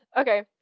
Okay